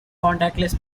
contactless